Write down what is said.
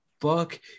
Fuck